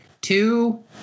two